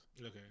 Okay